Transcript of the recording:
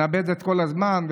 נאבד את כל הזמן.